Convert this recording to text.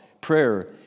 Prayer